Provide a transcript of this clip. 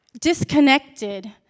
disconnected